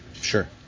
sure